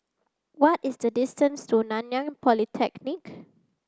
what is the distance to Nanyang Polytechnic